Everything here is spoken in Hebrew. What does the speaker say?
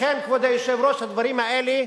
לכן, כבוד היושב-ראש, הדברים האלה,